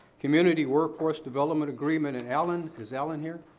community workforce development agreement and alan. is alan here?